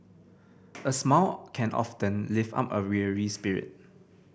a smile can often lift up a weary spirit